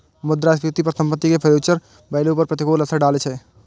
मुद्रास्फीति परिसंपत्ति के फ्यूचर वैल्यू पर प्रतिकूल असर डालै छै